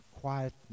quiet